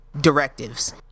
directives